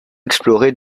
explorer